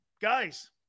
guys